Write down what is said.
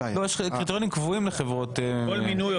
קריטריונים קבועים לחברות.